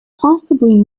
possibly